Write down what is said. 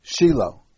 Shiloh